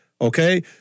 okay